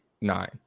nine